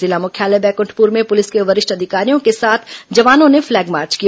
जिला मुख्यालय बैंकृंठपुर में पुलिस के वरिष्ठ अधिकारियों के साथ जवानों ने फ्लैग मार्च किया